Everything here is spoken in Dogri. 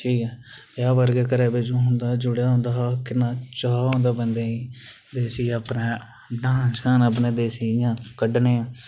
ते ब्य़ाह च होंदा हा घरै दा चाऽ होंदा हा बंदे गी ते देसी अपने ड्हान बगैरा कड्ढने